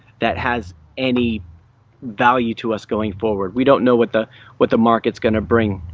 that has any value to us going forward. we don't know what the what the markets gonna bring.